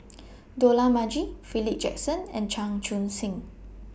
Dollah Majid Philip Jackson and Chan Chun Sing